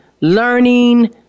learning